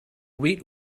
wheat